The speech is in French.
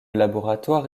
laboratoire